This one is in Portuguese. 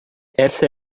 essa